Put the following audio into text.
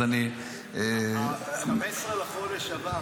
אז אני --- 15 בחודש הבא.